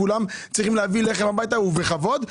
כולם צריכים להביא לחם הביתה ובכבוד.